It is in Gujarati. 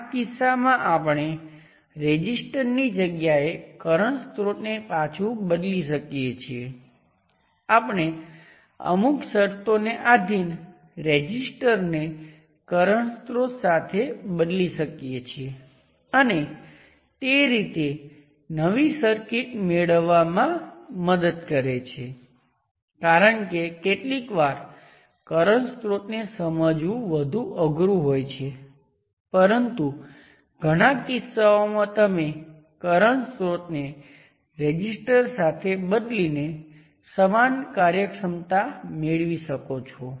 આ કિસ્સામાં જો તમારી પાસે 1 અને 1 પ્રાઇમ સાથે જોડાયેલ કંઈપણ ન હોય તો આ તમામ RN માં વહે છે તેથી 1 અને 1 પ્રાઇમમાં વોલ્ટેજ ફક્ત × RN અથવા × Rth માં આ થેવેનિન વોલ્ટેજ વચ્ચેનો સંબંધ છે અને આપેલ સર્કિટનો નોર્ટન કરંટ છે